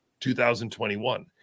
2021